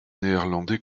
néerlandais